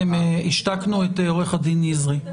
השתקנו את עורך הדין נזרי.